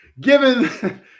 given